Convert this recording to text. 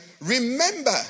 remember